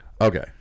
Okay